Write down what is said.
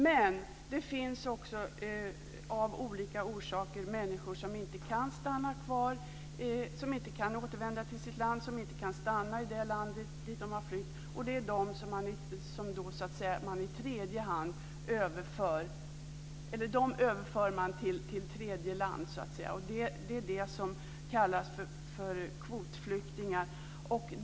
Men det finns också av olika orsaker människor som inte kan återvända till sitt land och som inte kan stanna i det land dit de har flytt, och dem överför man till tredje land. Det är de som kallas för kvotflyktingar.